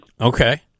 Okay